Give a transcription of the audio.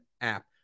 app